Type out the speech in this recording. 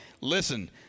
listen